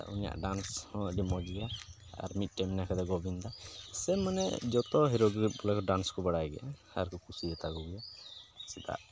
ᱩᱱᱤᱭᱟᱜ ᱰᱟᱱᱥ ᱦᱚᱸ ᱟᱹᱰᱤ ᱢᱚᱡᱽ ᱜᱮᱭᱟ ᱟᱨ ᱢᱤᱫᱴᱮᱱ ᱢᱮᱱᱟᱭ ᱠᱟᱫᱮᱭᱟ ᱜᱳᱵᱤᱱᱫᱚ ᱥᱮ ᱢᱟᱱᱮ ᱡᱚᱛᱚ ᱦᱤᱨᱳ ᱜᱮ ᱵᱚᱞᱮ ᱰᱟᱱᱥ ᱠᱚ ᱵᱟᱲᱟᱭ ᱜᱮᱭᱟ ᱟᱨᱠᱚ ᱠᱩᱥᱤᱭᱟᱛᱟ ᱠᱚ ᱜᱮᱭᱟ ᱪᱮᱫᱟᱜ